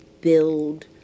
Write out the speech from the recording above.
build